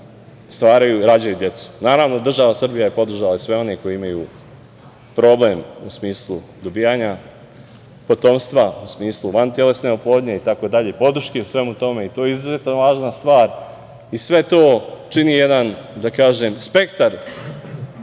stvaraju i rađaju decu. Naravno, država Srbija je podržala sve one koji imaju problem u smislu dobijanja potomstva, u smislu vantelesne oplodnje, podrške u svemu tome i to je izuzetno važna stvar. Sve to čini jedan, da kažem, spektar